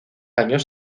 años